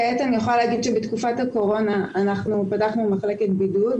כעת אני יכולה להגיד שבתקופת הקורונה פתחנו מחלקת בידוד,